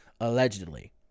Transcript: allegedly